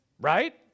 right